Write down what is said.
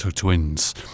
Twins